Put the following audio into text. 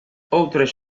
outras